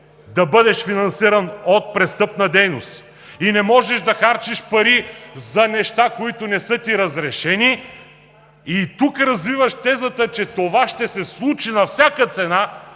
да бъдеш финансиран от престъпна дейност и не можеш да харчиш пари за неща, които не са ти разрешени, и тук развиваш тезата, че това ще се случи на всяка цена,